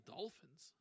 Dolphins